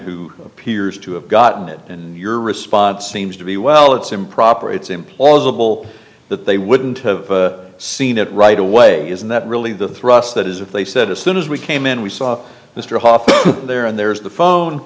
who appears to have gotten it and your response seems to be well it's improper it's implausible that they wouldn't have seen it right away isn't that really the thrust that is what they said as soon as we came in we saw mr hoffa there and there's the phone